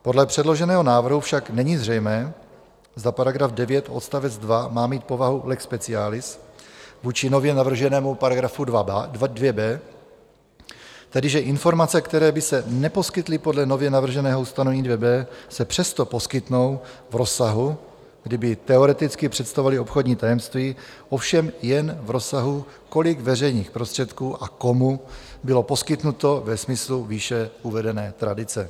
Podle předloženého návrhu však není zřejmé, zda § 9 odst. 2 má mít povahu lex specialis vůči nově navrženému § 2b, tedy že informace, které by se neposkytly podle nově navrženého ustanovení 2b, se přesto poskytnou v rozsahu, kdyby teoreticky představovaly obchodní tajemství, ovšem jen v rozsahu, kolik veřejných prostředků a komu bylo poskytnuto ve smyslu výše uvedené tradice.